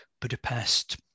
Budapest